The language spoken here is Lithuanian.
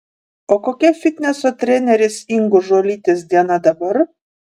o kokia fitneso trenerės ingos žuolytės diena dabar